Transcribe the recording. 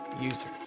users